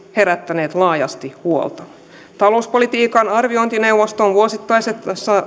herättäneet laajasti huolta talouspolitiikan arviointineuvoston vuosittaisessa